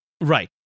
right